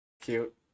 Cute